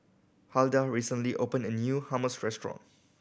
Huldah recently opened a new Hummus Restaurant